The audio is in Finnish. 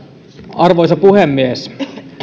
arvoisa puhemies